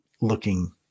looking